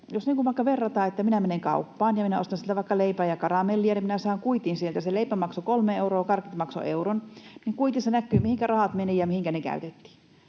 verrataan, että minä menen kauppaan ja minä ostan sieltä vaikka leipää ja karamellia, niin minä saan kuitin sieltä: se leipä maksoi 3 euroa, karkki maksoi euron. Kuitissa näkyy, mihinkä rahat menivät ja mihinkä ne käytettiin.